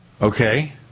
Okay